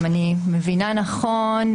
אם אני מבינה נכון,